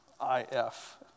I-F